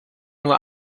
nur